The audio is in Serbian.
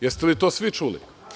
Jeste li to svi čuli?